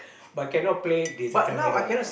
but cannot play this this one at all